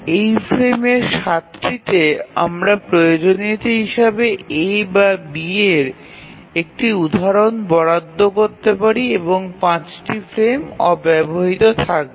এই ফ্রেমের ৭টিতে আমরা প্রয়োজনীয়তা হিসাবে A বা B এর একটি উদাহরণ বরাদ্দ করতে পারি এবং ৫টি ফ্রেম অব্যবহৃত থাকবে